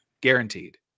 Guaranteed